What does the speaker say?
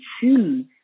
choose